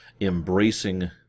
Embracing